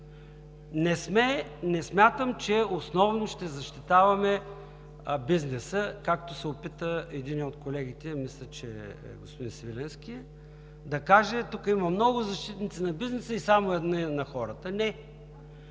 Не смятам, че основно ще защитаваме бизнеса, както се опита един от колегите, мисля, че господин Свиленски, да каже, че тук има много защитници на бизнеса и само един – на хората. Не!